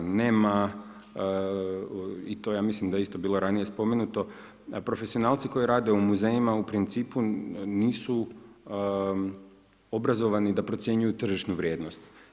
Nema, i to mislim da je isto bilo ranije spomenuto, profesionalci koji rade u muzejima u principu nisu obrazovani da procjenjuju tržišnu vrijednost.